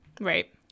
Right